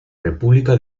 república